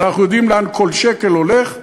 אנחנו יודעים לאן כל שקל הולך,